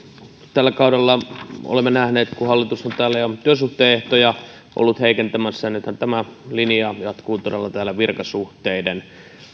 tällä kaudella olemme nähneet kun hallitus on täällä jo työsuhteen ehtoja ollut heikentämässä nythän tämä linja jatkuu todella täällä virkasuhteiden